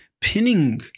pinning